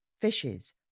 Fishes